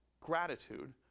gratitude